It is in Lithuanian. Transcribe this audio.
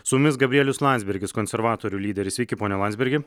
su jumis gabrielius landsbergis konservatorių lyderis sveiki pone landsbergi